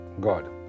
God